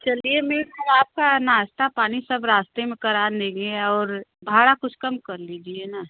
चलिए मेम अब आपका नाश्ता पानी सब रास्ते में करा नेगे और भाड़ा कुछ कम कर लीजिए ना